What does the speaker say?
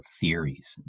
theories